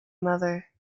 mother